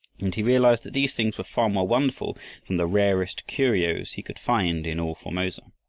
and he realized that these things were far more wonderful than the rarest curios he could find in all formosa.